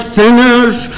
sinners